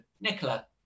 Nicola